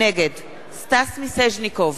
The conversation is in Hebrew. נגד סטס מיסז'ניקוב,